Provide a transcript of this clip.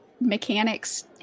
mechanics